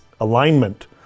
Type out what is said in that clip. alignment